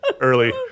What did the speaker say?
early